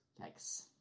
Thanks